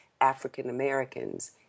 African-Americans